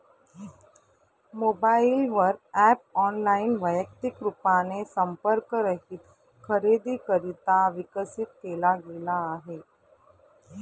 mobile वर app online, वैयक्तिक रूपाने संपर्क रहित खरेदीकरिता विकसित केला गेला आहे